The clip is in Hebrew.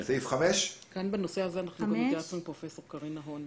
סעיף 5. בנושא הזה גם התייעצנו עם פרופסור קרין נהון.